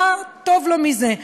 מה טוב לו מזה?